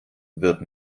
wird